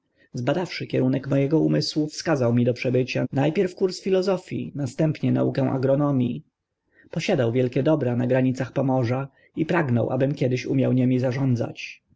zbadawszy kierunek mo ego umysłu wskazał mi do przebycia na pierw kurs filozofii następnie naukę agronomii posiadał wielkie dobra na granicach pomorza i pragnął abym kiedyś umiał nimi zarządzać